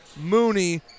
Mooney